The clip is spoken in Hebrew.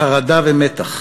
חרדה ומתח,